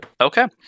Okay